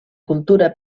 cultura